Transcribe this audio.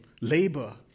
labor